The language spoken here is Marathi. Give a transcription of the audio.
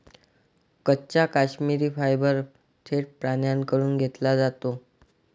कच्चा काश्मिरी फायबर थेट प्राण्यांकडून घेतला जातो